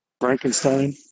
Frankenstein